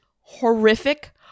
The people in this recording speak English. horrific